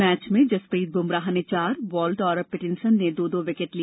match में जसप्रीत बुमराह ने चार बॉल्ट और पेटिंसन ने दो दो विकेट लिए